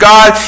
God